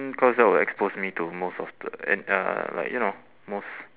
mm cause that will expose me to most of the and uh like you know most